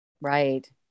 Right